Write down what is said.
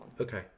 Okay